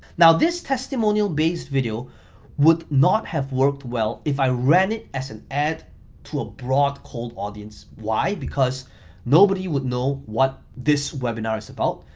now this testimonial-based video would not have worked well, if i ran it as an ad to a broad cold audience, why? because nobody would know what this webinar is about,